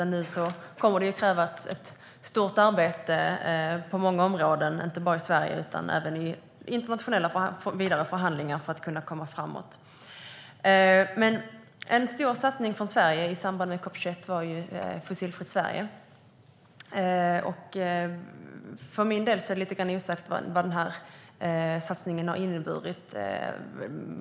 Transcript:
Nu kommer det att krävas ett stort arbete på många områden för att kunna komma framåt, inte bara i Sverige utan även i vidare internationella förhandlingar. En stor satsning från Sverige i samband med COP 21 var Fossilfritt Sverige. För min del är det lite osäkert vad satsningen inneburit.